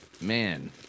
man